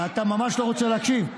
אתה ממש לא רוצה להקשיב,